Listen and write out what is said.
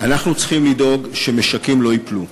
אנחנו צריכים לדאוג שמשקים לא ייפלו.